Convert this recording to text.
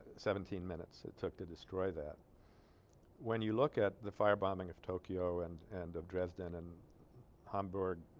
seventeen minutes it took to destroy that when you look at the fire-bombing of tokyo and and of dresden and hamburg